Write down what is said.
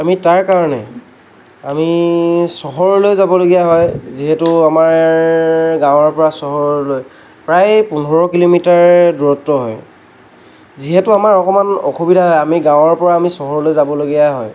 আমি তাৰ কাৰণে আমি চহৰলৈ যাবলগীয়া হয় যিহেতু আমাৰ গাঁৱৰ পৰা চহৰলৈ প্ৰায় পোন্ধৰ কিলোমিটাৰ দূৰত্ব হয় যিহেতু আমাৰ অকমান অসুবিধা হয় আমি গাঁৱৰ পৰা চহৰলৈ যাবলগীয়াই হয়